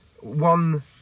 one